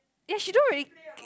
yes she don't really c~